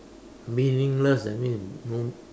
meaningless that means no